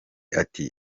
ati